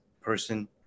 person